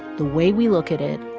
the way we look at it,